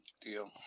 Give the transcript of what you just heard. deal